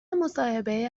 مصاحبه